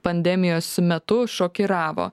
pandemijos metu šokiravo